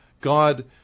God